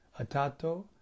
atato